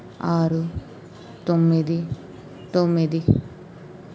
ఆరు తొమ్మిది తొమ్మిది